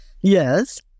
Yes